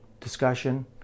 discussion